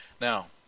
Now